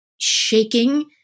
shaking